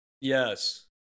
yes